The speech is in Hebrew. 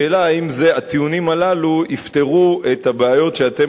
השאלה היא האם הטיעונים הללו יפתרו את הבעיות שאתם